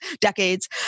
decades